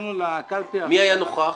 הגענו לקלפי --- מי היה נוכח?